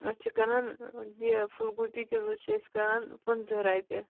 أسۍ چھِ کٕنان یہِ پھوٗل گوٗپی کِلوٗ چھِ أسۍ کٕنان پٕنٛژٕ رۄپیہِ